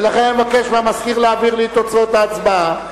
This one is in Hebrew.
ולכן אני מבקש מהמזכיר להעביר לי את תוצאות ההצבעה.